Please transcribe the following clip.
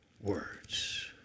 words